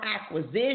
acquisition